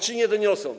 Czy nie doniosą?